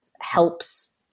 helps